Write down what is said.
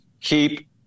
keep